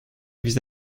vis